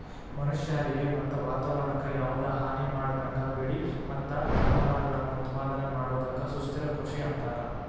ಮನಷ್ಯಾರಿಗೆ ಮತ್ತ ವಾತವರಣಕ್ಕ ಯಾವದ ಹಾನಿಮಾಡದಂಗ ಬೆಳಿ ಮತ್ತ ಜಾನುವಾರಗಳನ್ನ ಉತ್ಪಾದನೆ ಮಾಡೋದಕ್ಕ ಸುಸ್ಥಿರ ಕೃಷಿ ಅಂತಾರ